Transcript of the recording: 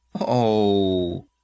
Oh